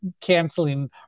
canceling